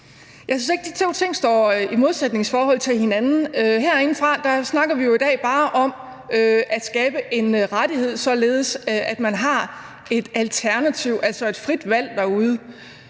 Jeg synes ikke, at de to ting står i et modsætningsforhold til hinanden. Herinde snakker vi jo i dag bare om at skabe en rettighed, således at man har et alternativ, altså et frit valg, derude.